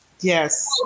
Yes